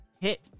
hit